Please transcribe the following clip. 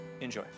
Enjoy